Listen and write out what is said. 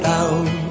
out